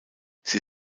sie